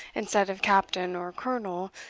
instead of captain, or colonel,